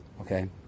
Okay